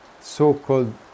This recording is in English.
so-called